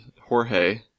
Jorge